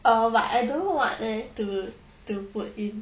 uh but I don't know what eh to to put in